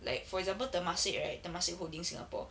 like for example temasek right temasek holdings singapore